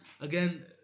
again